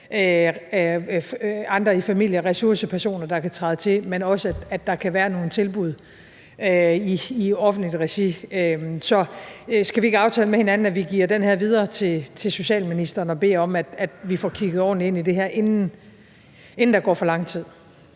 andre i familien, ressourcepersoner, der kan træde til, men også, at der kan være nogle tilbud i offentligt regi. Så skal vi ikke aftale med hinanden, at vi giver den her videre til socialministeren og beder om, at vi får kigget ordentligt ind i det her, inden der går for lang tid?